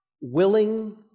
willing